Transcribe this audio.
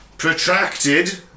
Protracted